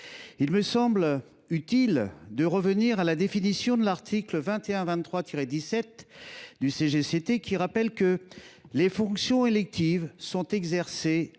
Il me semble utile de revenir à la définition de l’article L. 2123 17 du CGCT, qui dispose que les fonctions électives sont exercées à titre